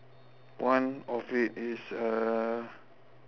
one of it is uh